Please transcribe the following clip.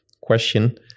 question